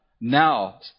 now